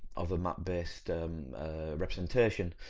of a map-based representation.